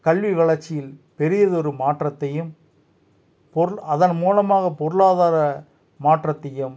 கல்வி வளர்ச்சியில் பெரியதொரு மாற்றத்தையும் பொருள் அதன் மூலமாக பொருளாதார மாற்றத்தையும்